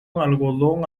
algodón